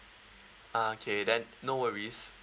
ah okay then no worries